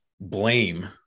blame